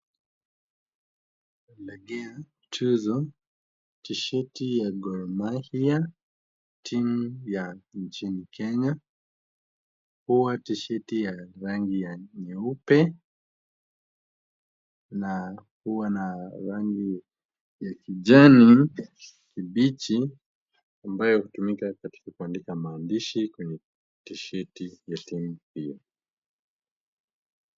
Tuzo, tisheti ya Gor Mahia, timu ya nchini Kenya. Huwa tisheti ya rangi ya nyeupe na huwa na rangi ya kijani kibichi, ambayo hutumika katika kuandika maandishi kwenye tisheti ya timu hiyo.